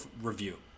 Review